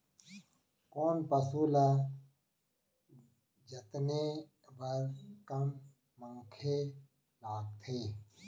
कोन पसु ल जतने बर कम मनखे लागथे?